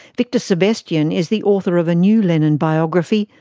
victor sebestyen is the author of a new lenin biography,